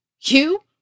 You